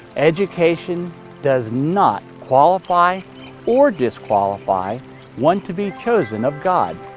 education does not qualify or disqualify one to be chosen of god.